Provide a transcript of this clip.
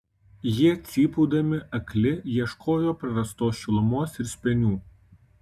jie cypaudami akli ieškojo prarastos šilumos ir spenių